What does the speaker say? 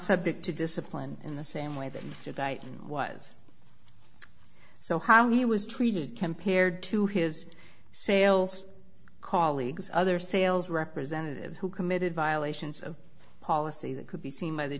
subject to discipline in the same way that mr di was so how he was treated compared to his sales call league's other sales representative who committed violations of policy that could be seen by the